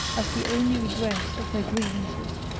as the only redress of their grievances.